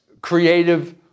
creative